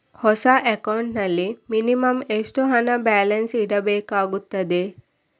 ಹೊಸ ಅಕೌಂಟ್ ನಲ್ಲಿ ಮಿನಿಮಂ ಎಷ್ಟು ಹಣ ಬ್ಯಾಲೆನ್ಸ್ ಇಡಬೇಕಾಗುತ್ತದೆ?